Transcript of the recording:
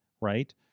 right